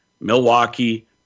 Milwaukee